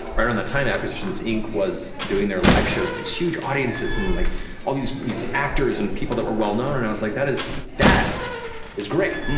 right around that time acquisitions inc was doing their live shows with these huge audiences and like all these these actors and people that were well known and i was like that is that is great.